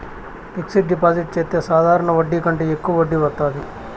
fixed deposit చెత్తే సాధారణ వడ్డీ కంటే యెక్కువ వడ్డీ వత్తాది